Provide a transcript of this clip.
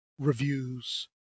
reviews